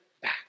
back